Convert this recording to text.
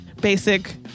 basic